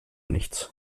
nichts